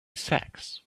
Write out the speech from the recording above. sacks